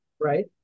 right